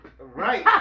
Right